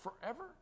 forever